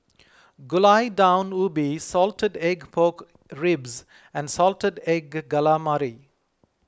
Gulai Daun Ubi Salted Egg Pork Ribs and Salted Egg Calamari